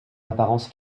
apparence